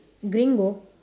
gringo